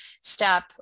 step